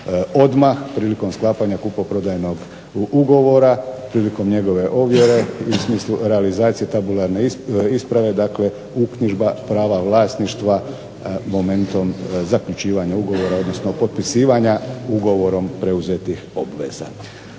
odmah prilikom sklapanja kupoprodajnog ugovora, prilikom njegove ovjere i u smislu realizacije tabularne isprave, dakle uknjižba prava vlasništva momentom zaključivanja ugovora, odnosno potpisivanja ugovorom preuzetih obveza.